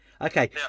Okay